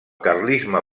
carlisme